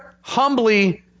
humbly